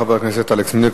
חבר הכנסת אלכס מילר,